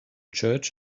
church